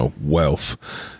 wealth